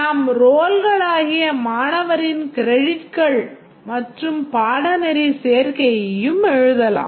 நாம் role களாகிய மாணவரின் creditகள் மற்றும் பாடநெறி சேர்க்கையும் எழுதலாம்